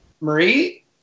Marie